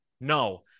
No